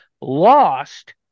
lost